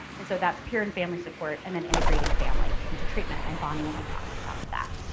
and so that's peer and family support and then integrating families into treatment and bonnie we'll be talking about that.